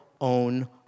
own